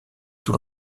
tout